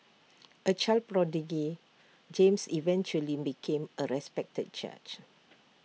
A child prodigy James eventually became A respected judge